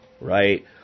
right